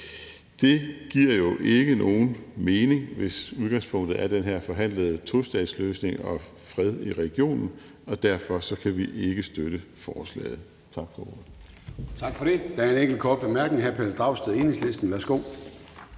Det giver jo ikke nogen mening, hvis udgangspunktet er ønsket om den her forhandlede tostatsløsning og fred i regionen. Derfor kan vi ikke støtte forslaget. Tak for ordet.